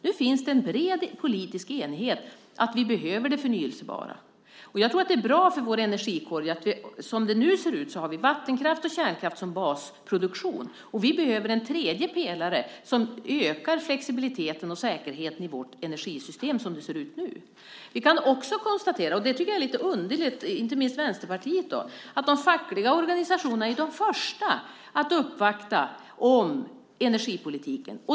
Nu finns det en bred politisk enighet om att vi behöver det förnybara. Jag tror att det är bra för vår energikorg. Som det nu ser ut har vi vattenkraft och kärnkraft som basproduktion. Vi behöver en tredje pelare som ökar flexibiliteten och säkerheten i vårt energisystem som det ser ut nu. Vi kan också konstatera, och det tycker jag är lite underligt, inte minst för Vänsterpartiet då, att de fackliga organisationerna är de första att uppvakta om energipolitiken.